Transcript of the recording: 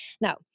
Now